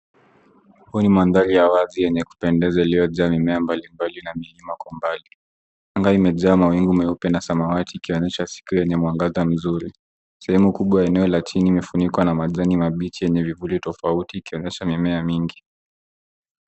Huu ni madhari ya wazi yenye kupendeza iliyojaa mimea mbali mbali na milima kwa umbali, anga imejaa mawingu meupe na samawati ikionyesha siku yenye mwangaza nzuri. Sehemu kubwa eneo la chini imefunikwa na majani mabichi yenye vikundi tofauti ikionyesha mimea mingi.